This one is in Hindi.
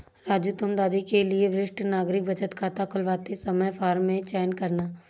राजू तुम दादी के लिए वरिष्ठ नागरिक बचत खाता खुलवाते समय फॉर्म में चयन करना